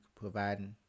providing